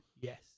Yes